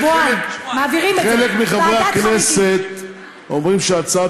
חלק מחברי הכנסת אומרים שההצעה